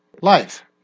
life